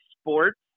sports